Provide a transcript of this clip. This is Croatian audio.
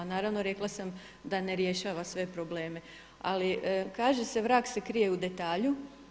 Naravno rekla sam da ne rješava sve probleme, ali kaže se vrag se krije u detalju.